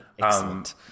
excellent